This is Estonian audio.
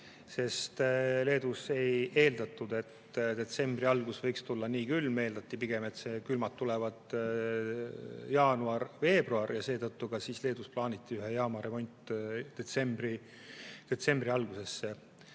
sest Leedus ei eeldatud, et detsembri algus võiks tulla nii külm. Eeldati pigem, et külmad tulevad jaanuaris-veebruaris ja seetõttu Leedus plaaniti ühe jaama remont detsembri algusesse.